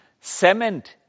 Cement